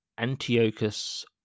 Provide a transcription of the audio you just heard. Antiochus